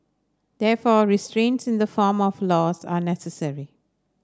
therefore restraints in the form of laws are necessary